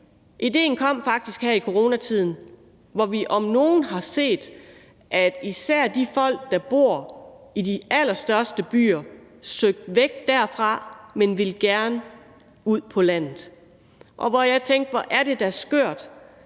idéen faktisk kom her i coronatiden, hvor vi om noget har set, at især de folk, der bor i de allerstørste byer, søgte væk derfra og gerne ville ud på landet. Jeg tænkte: Hvor er det da skørt,